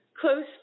close